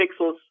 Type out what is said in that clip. pixels